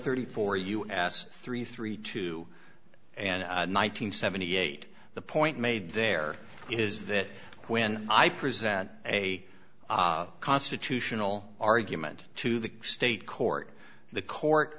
thirty four u s three three two and nine hundred seventy eight the point made there is that when i present a constitutional argument to the state court the court